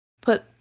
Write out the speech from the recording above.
put